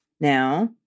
Now